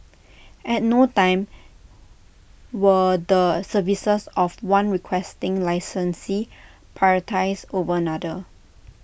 at no time were the services of one Requesting Licensee prioritised over another